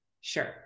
Sure